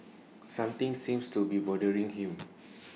something seems to be bothering him